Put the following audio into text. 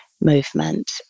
movement